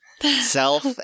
self